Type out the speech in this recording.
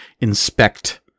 inspect